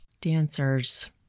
dancers